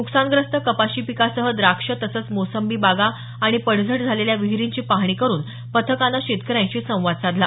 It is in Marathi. न्कसानग्रस्त कपाशी पिकासह द्राक्ष तसंच मोसंबी बागा आणि पडझड झालेल्या विहिरींची पाहणी करून पथकानं शेतकऱ्यांशी संवाद साधला